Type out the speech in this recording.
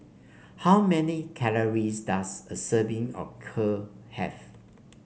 how many calories does a serving of Kheer have